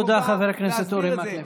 תודה, חבר הכנסת אורי מקלב.